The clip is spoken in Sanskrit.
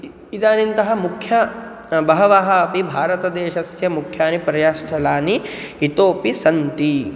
इदम् इदानीं मुख्यानि बहूनि अपि भारतदेशस्य मुख्यानि पर्यटनस्थलानि इतोऽपि सन्ति